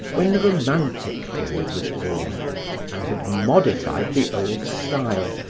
when the romantic period was born and had modified the old style,